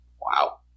Wow